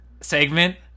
segment